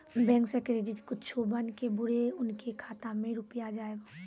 Bank से credit कद्दू बन के बुरे उनके खाता मे रुपिया जाएब?